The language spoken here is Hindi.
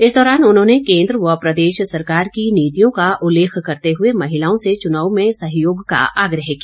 इस दौरान उन्होंने केन्द्र व प्रदेश सरकार की नीतियों का उल्लेख करते हुए महिलाओं से चुनाव में सहयोग का आग्रह किया